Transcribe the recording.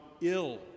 ill